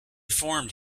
formed